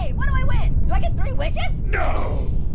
yeah what do i win? do i get three wishes? no.